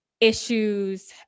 issues